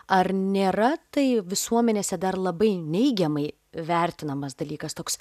ar nėra tai visuomenėse dar labai neigiamai vertinamas dalykas toks